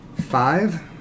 Five